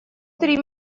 три